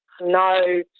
no